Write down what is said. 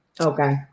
okay